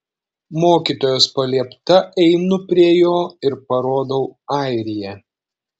mokytojos paliepta einu prie jo ir parodau airiją